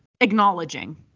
acknowledging